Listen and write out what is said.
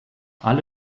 alle